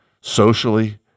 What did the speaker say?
socially